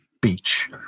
beach